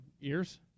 Ears